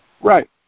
Right